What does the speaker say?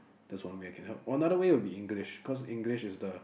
that's one way I can help or another way would be English cause English is the